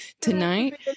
tonight